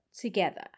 together